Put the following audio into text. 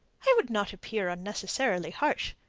i would not appear unnecessarily harsh,